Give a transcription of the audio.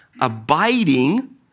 abiding